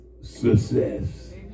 success